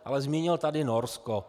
Ale zmínil tady Norsko.